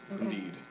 indeed